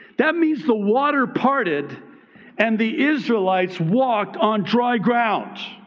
that means the water parted and the israelites walked on dry ground.